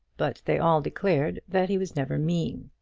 but they all declared that he was never mean.